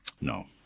No